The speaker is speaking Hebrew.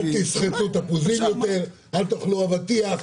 אל תסחטו תפוזים יותר, אל תאכלו אבטיח.